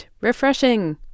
Refreshing